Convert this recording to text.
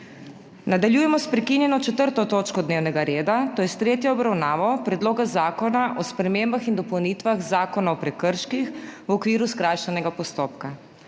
Nadaljujemo s prekinjeno 4. točko dnevnega reda, to je s tretjo obravnavo Predloga zakona o spremembah in dopolnitvah Zakona o prekrških v okviru skrajšanega postopka.